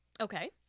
Okay